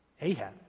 Ahab